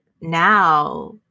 now